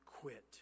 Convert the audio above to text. quit